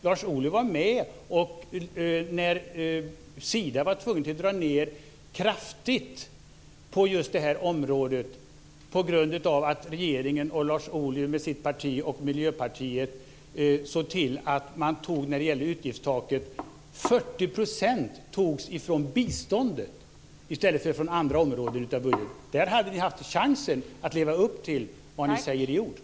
Lars Ohly var med när Sida tvingades dra ned kraftigt på just det här området på grund av att regeringen, Lars Ohlys parti och Miljöpartiet såg till att 40 % togs från biståndet i stället för från andra områden i budgeten då det gällde utgiftstaket. Där hade ni haft chansen att leva upp till det ni säger i ord.